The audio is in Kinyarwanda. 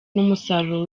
n’umusaruro